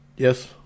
Yes